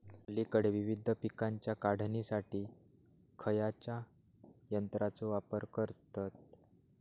अलीकडे विविध पीकांच्या काढणीसाठी खयाच्या यंत्राचो वापर करतत?